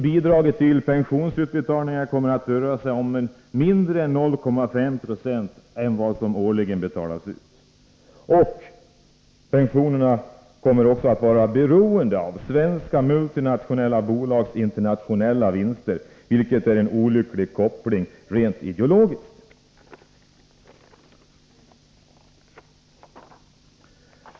Bidraget till pensionsutbetalningar kommer att röra sig om mindre än 0,5 20 av vad som årligen betalas ut. Pensionerna kommer också att vara beroende av svenska multinationella bolags internationella vinster, vilket är en olycklig koppling rent ideologiskt.